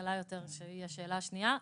הקלה יותר שהיא השאלה השנייה.